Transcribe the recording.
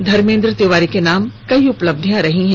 धर्मेद्र तिवारी के नाम कई उपलब्धियां रही हैं